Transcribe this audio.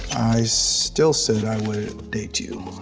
i still said i would date you.